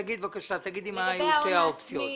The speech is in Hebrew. שגית, בבקשה תגידי מה היו שתי האופציות.